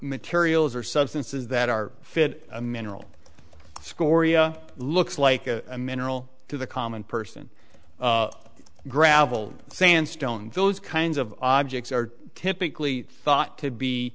materials or substances that are fit a mineral scoria looks like a mineral to the common person gravel sandstone those kinds of objects are typically thought to be